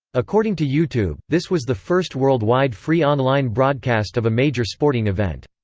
according to youtube, this was the first worldwide free online broadcast of a major sporting event.